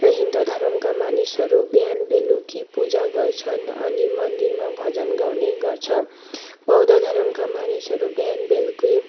र हिन्दू धर्मका मानिसहरू बिहान बेलुकी पूजा गर्छन् अनि मन्दिरमा भजन गाउने गर्छ बौद्ध धर्मका मानिसहरू बिहान बेलुकी